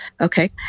Okay